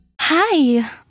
Hi